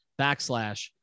backslash